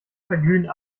verglühen